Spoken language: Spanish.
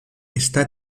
está